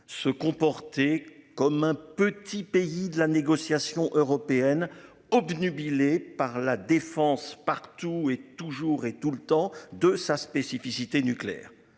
se comporter comme un petit pays de la négociation européenne obnubilé par la défense partout et toujours et tout le temps de sa spécificité nucléaire